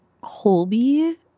Colby